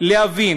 להבין